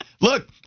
Look